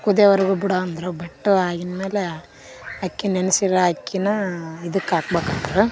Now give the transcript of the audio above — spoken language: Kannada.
ಕುದಿಯೋವರೆಗು ಬಿಡು ಅಂದರು ಬಿಟ್ಟೋ ಆಗಿದ ಮೇಲೆ ಅಕ್ಕಿ ನೆನಸಿರೋ ಅಕ್ಕಿನಾ ಇದಕ್ಕೆ ಹಾಕ್ಬೇಕಂದ್ರ್